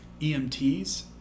EMTs